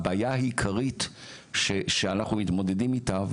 הבעיה העיקרית שאנחנו מתמודדים איתה,